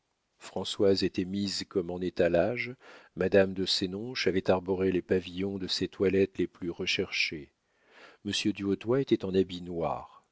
françoise était mise comme en étalage madame de sénonches avait arboré les pavillons de ses toilettes les plus recherchées monsieur du hautoy était en habit noir